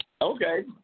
Okay